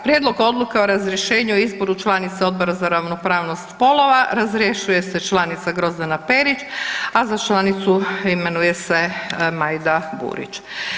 Prijedlog Odluke o razrješenju i izboru članice Odbora za ravnopravnost spolova, razrješuje se članica Grozdana Perić, a za članicu imenuje se Majda Burić.